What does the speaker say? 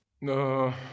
no